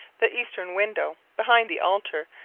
the eastern window, behind the altar,